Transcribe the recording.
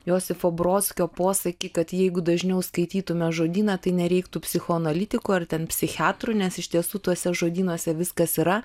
josifo brodskio posakį kad jeigu dažniau skaitytume žodyną tai nereiktų psichoanalitikų ar ten psichiatrų nes iš tiesų tuose žodynuose viskas yra